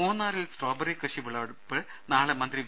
മൂന്നാറിൽ സ്ട്രോബറി കൃഷി വിളവെടുപ്പ് നാളെ മന്ത്രി വി